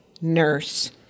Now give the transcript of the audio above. nurse